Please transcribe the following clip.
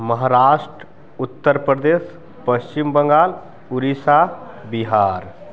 Maharashtra Uttar Pradesh Paschim Bangal Orissa Bihar